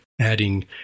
adding